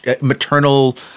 maternal